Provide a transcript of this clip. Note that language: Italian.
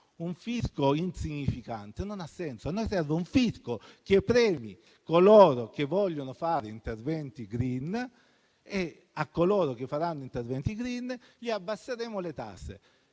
piatto e insignificante non ha senso. A noi serve un fisico che premi coloro che vogliono fare interventi *green* e a coloro che faranno interventi *green* abbasseremo le tasse.